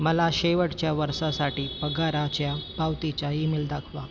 मला शेवटच्या वर्षासाठी पगाराच्या पावतीच्या ईमेल दाखवा